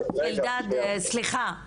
אלדד, סליחה.